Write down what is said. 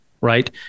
right